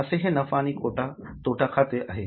असे हे नफा आणि तोटा खाते आहे